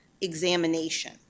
examination